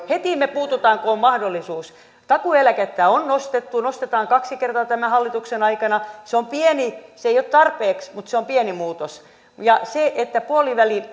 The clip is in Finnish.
heti me puutumme kun on mahdollisuus takuueläkettä on nostettu nostetaan kaksi kertaa tämän hallituksen aikana se ei ole tarpeeksi mutta se on pieni muutos puoliväli